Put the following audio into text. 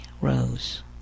Rose